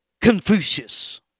Confucius